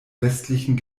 westlichen